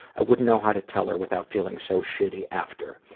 i wouldn't know how to tell her without feeling so shitty after.